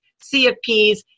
CFPS